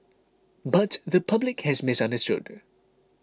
but the public has misunderstood